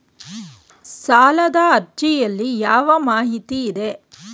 ಸಾಲದ ಅರ್ಜಿಯಲ್ಲಿ ಯಾವ ಮಾಹಿತಿ ಇದೆ?